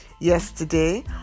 yesterday